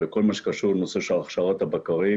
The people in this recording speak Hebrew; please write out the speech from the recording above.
בכל מה שקשור לנושא של הכשרת הבקרים.